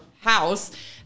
house